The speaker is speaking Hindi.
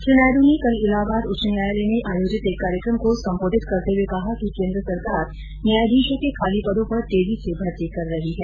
श्री नायड् ने कल इलाहाबाद उच्च न्यायालय में आयोजित एक कार्यक्रम को सम्बोधित करते हुए कहा कि केन्द्र सरकार न्यायाधीशों के खाली पदों पर तेजी से भर्ती कर रही है